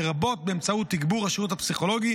לרבות באמצעות תגבור השירות הפסיכולוגי